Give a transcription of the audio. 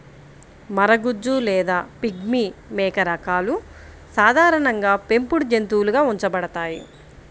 మరగుజ్జు లేదా పిగ్మీ మేక రకాలు సాధారణంగా పెంపుడు జంతువులుగా ఉంచబడతాయి